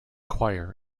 choir